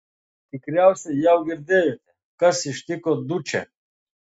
tikriausiai jau girdėjote kas ištiko dučę